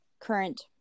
current